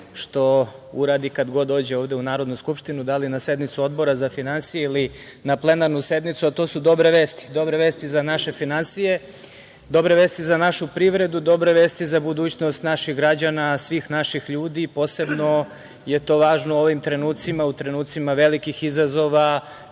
što uradi kad god dođe ovde u Narodnu skupštinu, da li na sednicu Odbora za finansije ili na plenarnu sednicu, a to su dobre vesti, dobre vesti za naše finansije, dobre vesti za našu privredu, dobre vesti za budućnost naših građana, svih naših ljudi. Posebno je to važno u ovim trenucima, trenucima velikih izazova